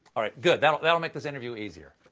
ah good, that that will make this interview easier.